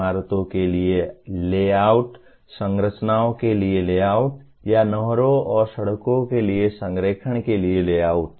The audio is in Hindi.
इमारतों के लिए लेआउट संरचनाओं के लिए लेआउट या नहरों और सड़कों के लिए संरेखण के लिए लेआउट